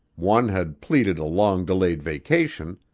one had pleaded a long-delayed vacation,